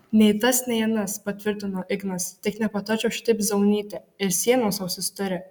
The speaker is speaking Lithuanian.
nei tas nei anas patvirtino ignas tik nepatarčiau šitaip zaunyti ir sienos ausis turi